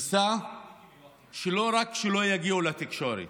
ניסה שלא רק שלא יגיעו לתקשורת,